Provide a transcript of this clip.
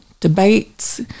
Debates